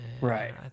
right